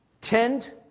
tend